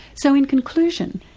so in conclusion,